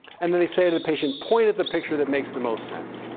and then they say to the patient, point at the picture that makes the most sense.